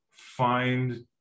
find